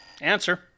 Answer